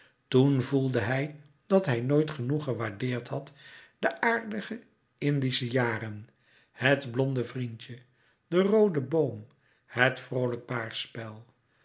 toen voelde hij dat hij nooit genoeg gewaardeerd had de aardige indische jaren het blonde vriendje den rooden boom het